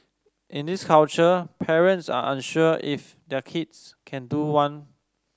in this culture parents are unsure if their kids can do one